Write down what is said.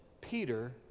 Peter